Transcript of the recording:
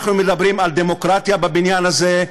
אנחנו מדברים על דמוקרטיה, בבניין הזה,